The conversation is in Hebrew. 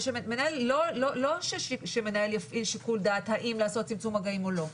לא שמנהל יפעיל שיקול דעת האם לעשות צמצום מגעים או לא,